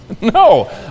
no